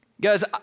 Guys